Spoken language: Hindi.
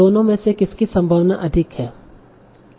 दोनों में से किसकी संभावना अधिक है